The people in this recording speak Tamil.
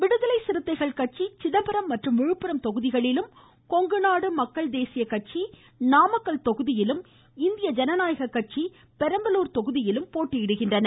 விடுதலை சிறுத்தைகள் கட்சி சிதம்பரம் மற்றும் விழுப்புரம் தொகுதிகளிலும் கொங்கு நாடு மக்கள் தேசிய கட்சிக்கு நாமக்கல் தொகுதியிலும் இந்திய ஜனநாயக கட்சிக்கு பெரம்பலூர் தொகுதியிலும் போட்டியிடுகின்றன